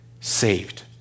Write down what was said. saved